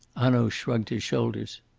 hanaud shrugged his shoulders.